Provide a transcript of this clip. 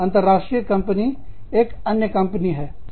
अंतरराष्ट्रीय कंपनी एक अन्य कंपनी है